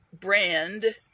brand